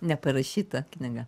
neparašyta knyga